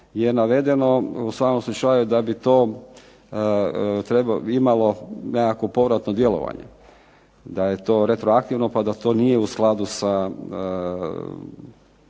je navedeno u svakom slučaju da bi to imalo nekakvo povratno djelovanje, da je to retro aktivno pa da to nije u skladu sa